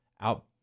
out